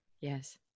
Yes